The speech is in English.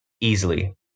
easily